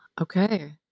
Okay